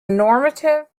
normative